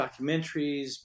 documentaries